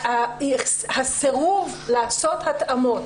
הסירוב לעשות התאמות,